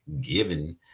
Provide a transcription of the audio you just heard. given